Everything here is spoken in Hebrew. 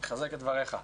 מחזק את דבריך.